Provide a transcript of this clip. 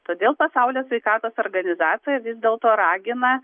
todėl pasaulio sveikatos organizacija vis dėlto ragina